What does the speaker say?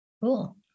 Cool